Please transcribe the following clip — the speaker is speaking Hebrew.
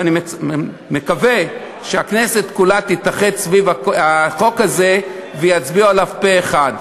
ואני מקווה שהכנסת כולה תתאחד סביב החוק הזה ויצביעו בעדו פה-אחד.